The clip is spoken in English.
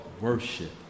worship